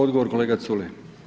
Odgovor kolega Culej.